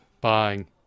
buying